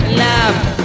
love